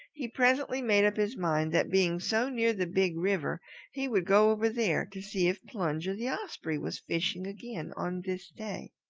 he presently made up his mind that being so near the big river he would go over there to see if plunger the osprey was fishing again on this day.